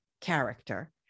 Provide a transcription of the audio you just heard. character